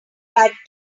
that